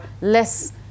less